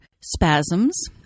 spasms